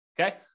okay